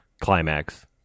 climax